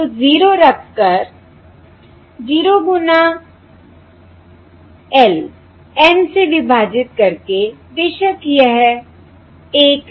तो 0 रखकर 0 गुना l N से विभाजित करके बेशक यह 1 है